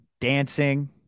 dancing